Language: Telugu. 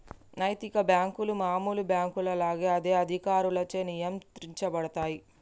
నైతిక బ్యేంకులు మామూలు బ్యేంకుల లాగా అదే అధికారులచే నియంత్రించబడతయ్